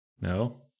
no